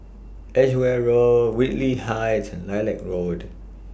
Edgeware Road Whitley Heights and Lilac Road